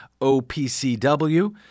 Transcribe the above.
OPCW